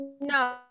No